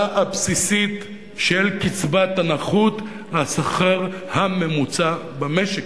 הבסיסית של קצבת הנכות לשכר הממוצע במשק,